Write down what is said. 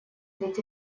ведь